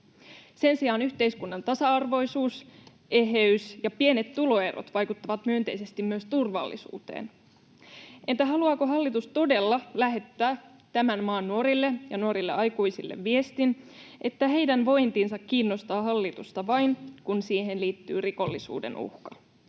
Sen sijaan yhteiskunnan tasa-arvoisuus, eheys ja pienet tuloerot vaikuttavat myönteisesti myös turvallisuuteen. Entä haluaako hallitus todella lähettää tämän maan nuorille ja nuorille aikuisille viestin, että heidän vointinsa kiinnostaa hallitusta vain, kun siihen liittyy rikollisuuden uhka?